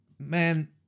Man